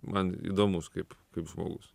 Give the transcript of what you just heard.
man įdomus kaip kaip žmogus